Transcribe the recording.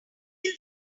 feel